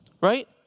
right